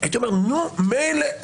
הייתי אומר נו מילא,